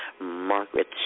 Margaret